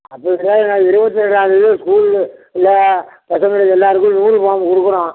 அது இருபத்தி ஏழாம்தேதி ஸ்கூல்லு இல்லை பசங்களுக்கு எல்லாருக்கும் யூனிஃபார்ம் கொடுக்குறோம்